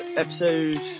Episode